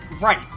Right